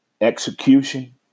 execution